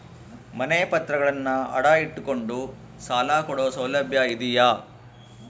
ಮನೆ ಪತ್ರಗಳನ್ನು ಅಡ ಇಟ್ಟು ಕೊಂಡು ಸಾಲ ಕೊಡೋ ಸೌಲಭ್ಯ ಇದಿಯಾ?